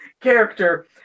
character